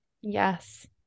Yes